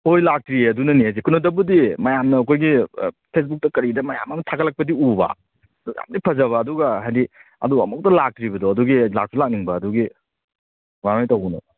ꯍꯣꯏ ꯂꯥꯛꯇ꯭ꯔꯤꯌꯦ ꯑꯗꯨꯅꯅꯦ ꯁꯦ ꯀꯩꯅꯣꯗꯕꯨꯗꯤ ꯃꯌꯥꯝꯅ ꯑꯩꯈꯣꯏꯒꯤ ꯐꯦꯁꯕꯨꯛꯇ ꯀꯔꯤꯗ ꯃꯌꯥꯝ ꯑꯃ ꯊꯥꯒꯠꯂꯛꯄꯗꯤ ꯎꯕ ꯌꯥꯝꯗꯤ ꯐꯖꯕ ꯑꯗꯨꯒ ꯍꯥꯏꯗꯤ ꯑꯗꯣ ꯑꯃꯨꯛꯇ ꯂꯥꯛꯇ꯭ꯔꯤꯕꯗꯣ ꯑꯗꯨꯒꯤ ꯂꯥꯛꯁꯨ ꯂꯥꯛꯅꯤꯡꯕ ꯑꯗꯨꯒꯤ ꯀꯃꯥꯏ ꯀꯃꯥꯏꯅ ꯇꯧꯕꯅꯣ